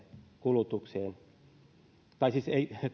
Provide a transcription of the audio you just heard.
kulutukseen ei